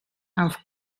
auf